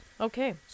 okay